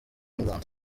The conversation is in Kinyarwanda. england